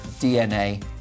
DNA